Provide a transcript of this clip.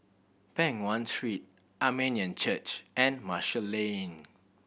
Peng Nguan Street Armenian Church and Marshall Lane